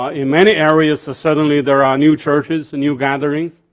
ah in many areas suddenly there are new churches and new gathering,